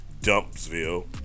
Dumpsville